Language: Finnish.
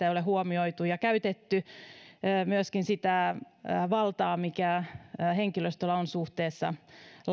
ei ollut huomioitu ja oli myöskin käytetty sitä valtaa mikä henkilöstöllä on suhteessa